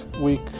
week